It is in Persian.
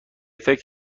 فکر